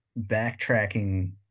backtracking